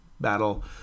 battle